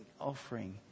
offering